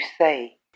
say